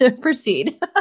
Proceed